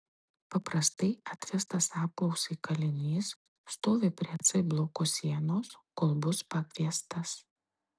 paprastai atvestas apklausai kalinys stovi prie c bloko sienos kol bus pakviestas